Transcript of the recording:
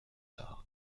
tard